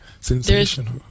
sensational